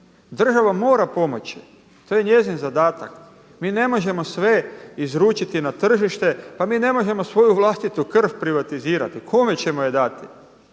Država mora pomoći, to je njezin zadatak. Mi ne možemo sve izručiti na tržište. Pa mi ne možemo svoju vlastitu krv privatizirati, kome ćemo je dati.